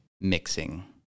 mixing